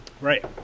Right